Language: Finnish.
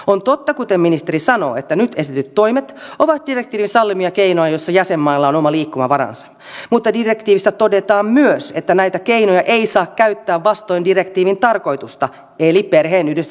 on totta kuten ministeri sanoo että nyt esitetyt toimet ovat direktiivin sallimia keinoja joissa jäsenmailla on oma liikkumavaransa mutta direktiivissä todetaan myös että näitä keinoja ei saa käyttää vastoin direktiivin tarkoitusta eli perheenyhdistämisen tukemista